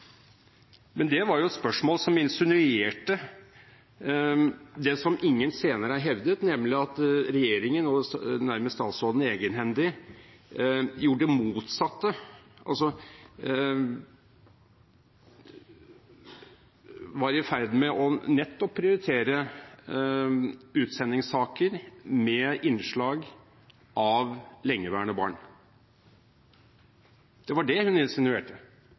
Men det var jo spørsmål som insinuerte det som ingen senere har hevdet, nemlig at regjeringen og nærmest statsråden egenhendig gjorde det motsatte, altså var i ferd med å prioritere nettopp utsendingssaker med innslag av lengeværende barn. Det var det hun insinuerte,